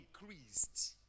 increased